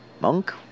monk